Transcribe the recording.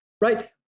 right